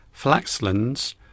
Flaxlands